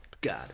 god